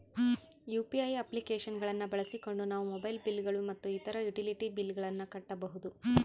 UPI application ಗಳನ್ನ ಬಳಸಿಕೊಂಡು ನಾವು ಮೊಬೈಲ್ ಬಿಲ್ ಗಳು ಮತ್ತು ಇತರ ಯುಟಿಲಿಟಿ ಬಿಲ್ ಗಳನ್ನ ಕಟ್ಟಬಹುದು